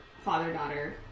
father-daughter